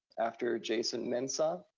after jason minsaw,